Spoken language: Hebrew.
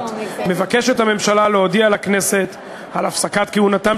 מבקשת הממשלה להודיע לכנסת על הפסקת כהונתם